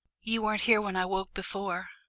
you weren't here when i woke before.